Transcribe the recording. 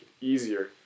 easier